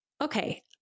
Okay